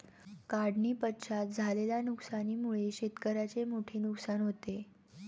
काढणीपश्चात झालेल्या नुकसानीमुळे शेतकऱ्याचे मोठे नुकसान होते